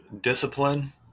discipline